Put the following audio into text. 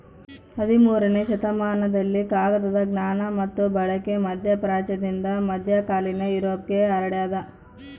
ಹದಿಮೂರನೇ ಶತಮಾನದಲ್ಲಿ ಕಾಗದದ ಜ್ಞಾನ ಮತ್ತು ಬಳಕೆ ಮಧ್ಯಪ್ರಾಚ್ಯದಿಂದ ಮಧ್ಯಕಾಲೀನ ಯುರೋಪ್ಗೆ ಹರಡ್ಯಾದ